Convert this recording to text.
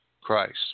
Christ